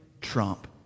trump